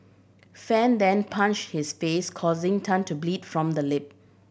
Fan then punched his face causing Tan to bleed from the lip